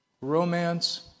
romance